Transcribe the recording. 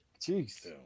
Jeez